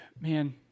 man